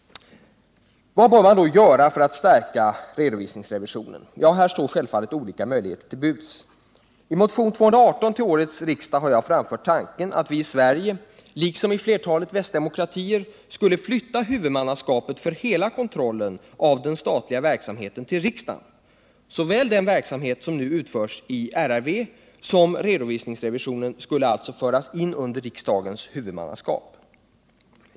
Vad bör man då göra för att stärka redovisningsrevisionen? Här står självfallet olika möjligheter till buds. I motionen 218 till årets riksdag har jag framfört tanken att vi i Sverige, som man redan gjort i flertalet västdemokratier, borde flytta huvudmannaskapet för hela kontrollen av den statliga verksamheten till riksdagen. Såväl den verksamhet som utförs av RRV som redovisningsrevisionen skulle alltså föras in under riksdagens huvudmannaskap.